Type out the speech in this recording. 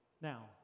Now